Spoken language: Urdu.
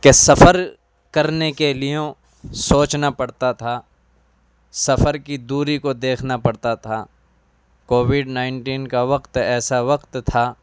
کہ سفر کرنے کے لیے سوچنا پڑتا تھا سفر کی دوری کو دیکھنا پڑتا تھا کووڈ نائنٹین کا وقت ایسا وقت تھا